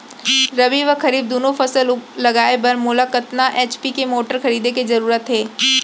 रबि व खरीफ दुनो फसल लगाए बर मोला कतना एच.पी के मोटर खरीदे के जरूरत हे?